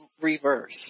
reverse